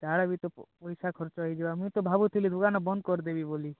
ତାର ବି ତ ପଇସା ଖର୍ଚ୍ଚ ହେଇଯିବା ମୁଇଁ ତ ଭାବୁଥିଲି ଦୁକାନ ବନ୍ଦ କରିଦେବି ବୋଲି